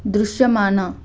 దృశ్యమాన